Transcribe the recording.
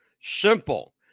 Simple